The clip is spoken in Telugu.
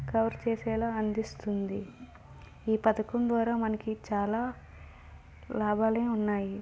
కవర్ చేసేలాగా అందిస్తుంది ఈ పథకం ద్వారా మనకి చాలా లాభాలు ఉన్నాయి